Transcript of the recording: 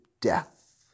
death